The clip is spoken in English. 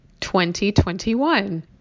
2021